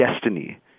destiny